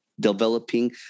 Developing